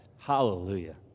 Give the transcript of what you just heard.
Hallelujah